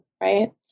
right